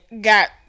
got